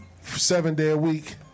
seven-day-a-week